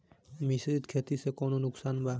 मिश्रित खेती से कौनो नुकसान बा?